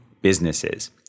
businesses